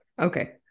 okay